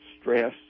stress